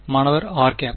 மாணவர் r gap